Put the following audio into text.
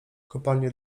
kopalnie